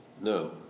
No